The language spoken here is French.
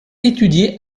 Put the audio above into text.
étudié